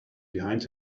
behind